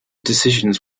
decisions